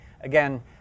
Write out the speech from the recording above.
Again